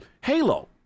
Halo